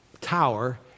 tower